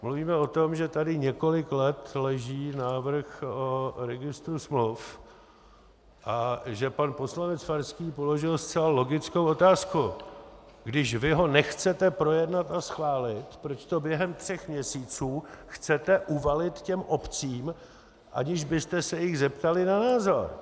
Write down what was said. Mluvíme o tom, že tady několik let leží návrh o registru smluv a že pan poslanec Farský položil zcela logickou otázku: Když ho nechcete projednat a schválit, proč to během třech měsíců chcete uvalit obcím, aniž byste se jich zeptali na názor?